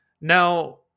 now